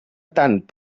tant